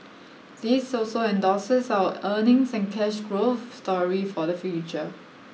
this also endorses our earnings and cash growth story for the future